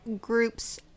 groups